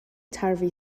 turvy